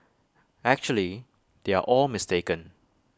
actually they are all mistaken